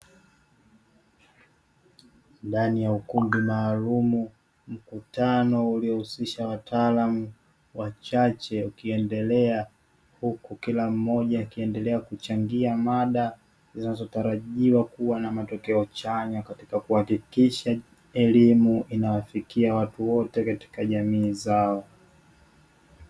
Ndani ya ukumbi maalumu, mkutano uliohusisha wataalamu wachache ukiendelea, huku kila mmoja akiendelea kuchangia mada zinazotarajiwa kuwa na matokeo chanya katika kuhakikisha elimu inawafikia watu wote katika jamii zao.